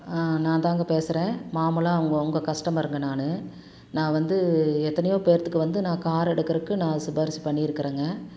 நான் தான்ங்க பேசுகிறேன் மாமுலாக உங்கள் உங்கள் கஸ்டமருங்க நான் நான் வந்து எத்தனையோ பேர்த்துக்கு வந்து நான் கார் எடுக்கறதுக்கு நான் சிபாரிசு பண்ணிருக்கிறேங்க